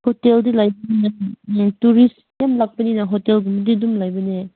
ꯍꯣꯇꯦꯜꯗꯤ ꯂꯩꯕꯅꯦ ꯇꯨꯔꯤꯁ ꯑꯗꯨꯝꯕ ꯂꯥꯛꯄꯅꯤ ꯍꯣꯇꯦꯜꯒꯨꯝꯕꯗꯤ ꯑꯗꯨꯝ ꯂꯩꯕꯅꯦ